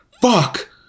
fuck